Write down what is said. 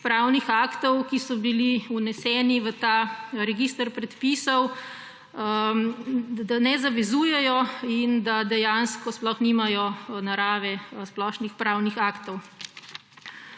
pravnih aktov, ki so bili vneseni v ta register predpisov, ne zavezujejo in da dejansko sploh nimajo narave splošnih pravnih aktov.